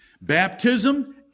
baptism